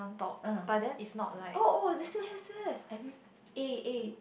oh oh still have still have A_A